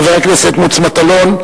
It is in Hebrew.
חבר הכנסת מוץ מטלון,